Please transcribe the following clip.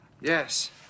Yes